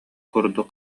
курдук